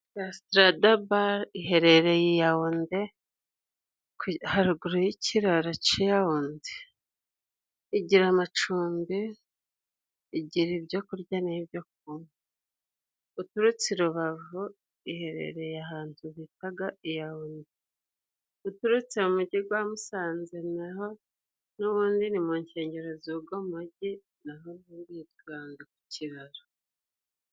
Rasitarada bare iherereye i Yawunde haruguru y'ikiraro c'i Yawunde. Igira amacumbi, igira ibyo kurya n'ibyo kunywa. Uturutse i Rubavu iherereye ahantu bitaga i Yawunde. Uturutse mu mugi gwa Musanze na ho n'ubundi ni mu nkengero z'ugo mugi ntiwarenga ku kiraro.